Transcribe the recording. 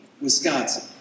Wisconsin